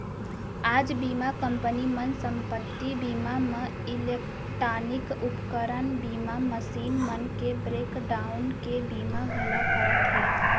आज बीमा कंपनी मन संपत्ति बीमा म इलेक्टानिक उपकरन बीमा, मसीन मन के ब्रेक डाउन के बीमा घलौ करत हें